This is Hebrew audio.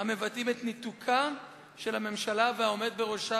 ומבטא את ניתוקה של הממשלה והעומד בראשה